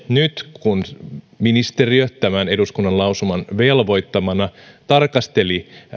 nyt kun ministeriö tämän eduskunnan lausuman velvoittamana tarkasteli